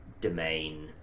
domain